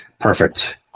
Perfect